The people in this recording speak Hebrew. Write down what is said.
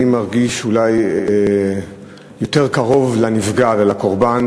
אני מרגיש אולי יותר קרוב לנפגע ולקורבן,